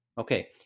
Okay